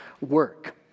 work